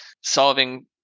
solving